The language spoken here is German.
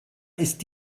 ist